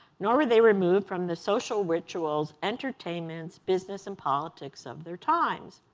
nor were they removed from the social rituals, entertainments, business, and politics of their times.